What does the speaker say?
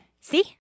See